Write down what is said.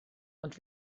und